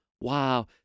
wow